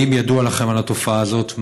האם ידוע לכם על התופעה הזאת?